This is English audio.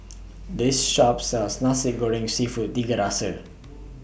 This Shop sells Nasi Goreng Seafood Tiga Rasa